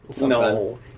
No